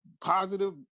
positive